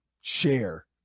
share